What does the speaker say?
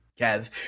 Kev